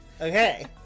Okay